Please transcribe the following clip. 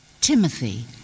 Timothy